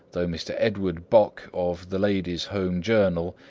though mr. edward bok, of the ladies' home journal,